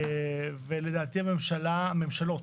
ולדעתי הממשלות